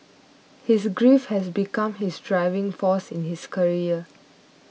his grief had become his driving force in his career